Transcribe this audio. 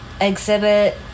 exhibit